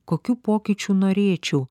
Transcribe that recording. kokių pokyčių norėčiau